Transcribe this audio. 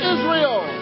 Israel